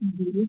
जी